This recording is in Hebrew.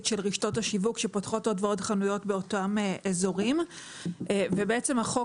של רשתות השיווק שפותחות עוד ועוד חנויות באותם אזורים ובעצם החוק